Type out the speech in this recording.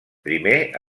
primer